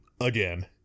again